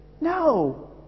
No